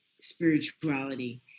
spirituality